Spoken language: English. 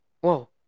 Whoa